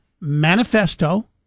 manifesto